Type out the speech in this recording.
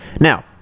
now